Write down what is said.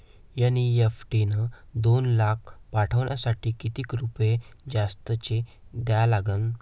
NEFT न दोन लाख पाठवासाठी किती रुपये जास्तचे द्या लागन?